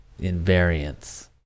invariance